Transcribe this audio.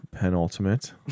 penultimate